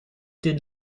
did